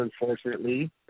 unfortunately